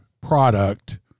product